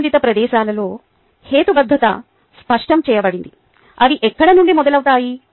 అన్ని సంబంధిత ప్రదేశాలలో హేతుబద్ధత స్పష్టం చేయబడింది అవి ఎక్కడ నుండి మొదలవుతాయి